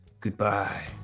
goodbye